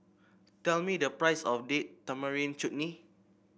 tell me the price of Date Tamarind Chutney